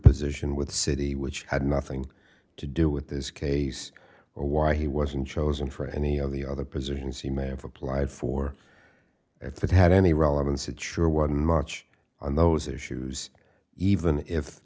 position with the city which had nothing to do with this case or why he wasn't chosen for any of the other positions he may have applied for if that had any relevance it sure wasn't much on those issues even if